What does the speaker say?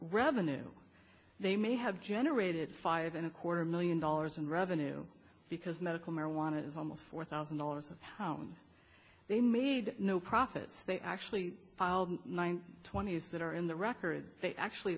revenue they may have generated five and a quarter million dollars in revenue because medical marijuana is almost four thousand dollars home they made no profits they actually filed nine twenty's that are in the record they actually